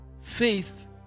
Faith